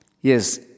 Yes